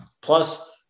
Plus